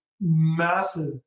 massive